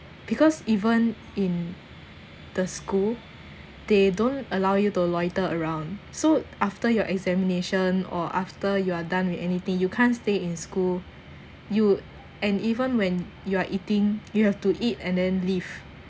because even in the school they don't allow you to loiter around so after your examination or after you are done with anything you can't stay in school you and even when you are eating you'll have to eat and then leave